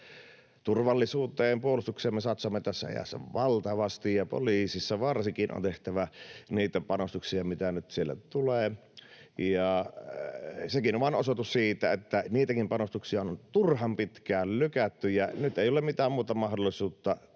Turvallisuuteen, puolustukseen me satsaamme tässä ajassa valtavasti, ja poliisissa varsinkin on tehtävä niitä panostuksia, mitä nyt siellä tulee. Sekin on vain osoitus siitä, että niitäkin panostuksia on turhan pitkään lykätty, ja nyt ei ole mitään muuta mahdollisuutta